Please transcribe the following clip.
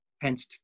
Hence